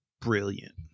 brilliant